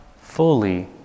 fully